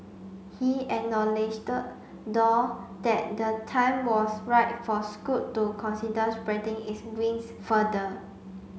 he acknowledged though that the time was right for Scoot to consider spreading its wings further